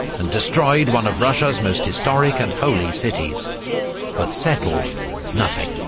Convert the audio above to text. and destroyed one of russia's most historic and holy cities but settled nothing.